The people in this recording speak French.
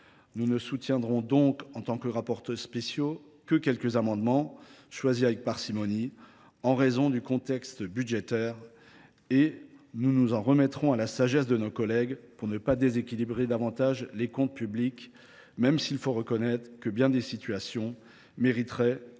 nous ne serons donc favorables qu’à quelques amendements choisis avec parcimonie en raison du contexte financier. Pour le reste, nous nous en remettrons à la sagesse de nos collègues pour ne pas déséquilibrer davantage les comptes publics, même s’il faut reconnaître que bien des situations mériteraient